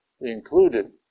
included